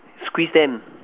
squeeze them